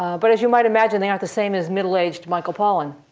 but as you might imagine, they aren't the same as middle aged michael pollan.